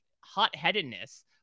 hot-headedness